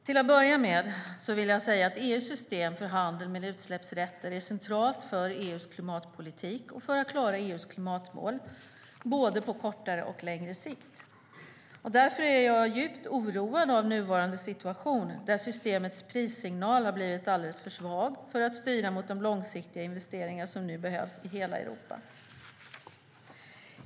Till att börja med vill jag säga att EU:s system för handel med utsläppsrätter är centralt för EU:s klimatpolitik och för att klara EU:s klimatmål - både på kortare och längre sikt. Därför är jag djupt oroad av nuvarande situation där systemets prissignal har blivit alldeles för svag för att styra mot de långsiktiga investeringar som nu behövs i hela Europa.